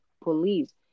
police